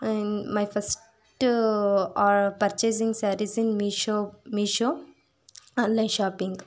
in my first purchasing sarees in Meesho Meesho online shopping